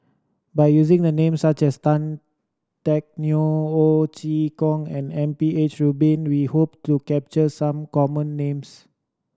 by using the names such as Tan Teck Neo Ho Chee Kong and M P H Rubin we hope to capture some of the common names